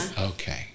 Okay